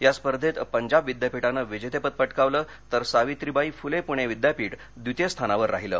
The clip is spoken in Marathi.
या स्पर्धेत पंजाब विद्यापीठानं विजेतेपद पटकावलं तर सावित्रीबाई फुले पुणे विद्यापीठ द्वितीय स्थानावर राहिले